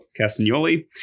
Castagnoli